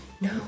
No